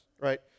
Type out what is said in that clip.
right